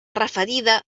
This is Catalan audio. referida